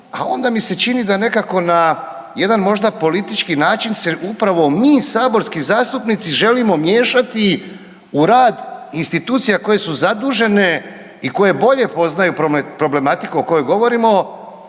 a onda mi se čini da nekako na jedan možda politički način se upravo mi saborski zastupnici želimo miješati u rad institucija koje su zadužene i koje bolje poznaju problematiku o kojoj govorimo.